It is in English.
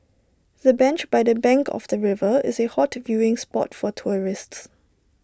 the bench by the bank of the river is A hot viewing spot for tourists